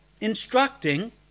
instructing